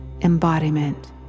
embodiment